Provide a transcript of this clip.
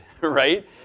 right